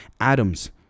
atoms